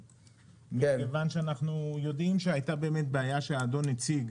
מכיוון שאנחנו יודעים שהייתה בעיה שהאדון הציג,